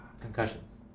Concussions